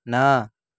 न